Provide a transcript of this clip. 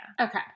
Okay